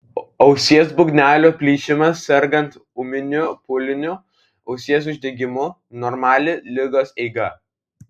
ausies būgnelio plyšimas sergant ūminiu pūliniu ausies uždegimu normali ligos eiga